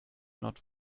not